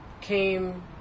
came